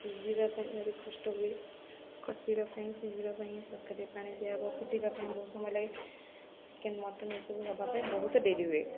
ସିଝିବା ପାଇଁ ଭାରୀ କଷ୍ଟ ହୁଏ କଷିବା ପାଇଁ ସିଝିବା ପାଇଁ ତରକାରୀ ପାଣି ଦିଆହବ ଫୁଟିବା ପାଇଁ ବହୁତ ସମୟ ଲାଗେ ଚିକେନ ମଟନ ଏସବୁ ହବା ପାଇଁ ବହୁତ ଡେରି ହୁଏ